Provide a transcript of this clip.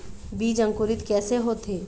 बीज अंकुरित कैसे होथे?